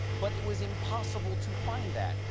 but it was impossible to find that.